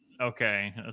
Okay